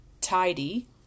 tidy